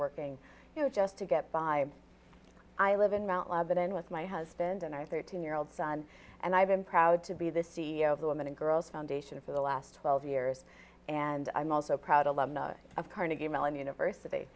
working you know just to get by i live in mount lebanon with my husband and i have thirteen year old son and i've been proud to be the c e o of the women and girls foundation for the last twelve years and i'm also proud alumni of carnegie mellon university